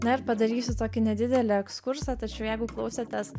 na ir padarysiu tokį nedidelį ekskursą tačiau jeigu klausėtės